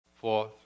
Fourth